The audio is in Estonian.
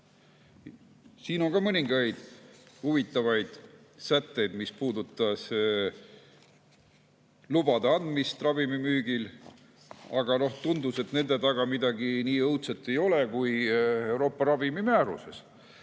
Siin on ka mõningaid huvitavaid sätteid, mis puudutavad ravimi müügilubade andmist, aga tundub, et nende taga midagi nii õudset ei ole kui Euroopa ravimimääruses,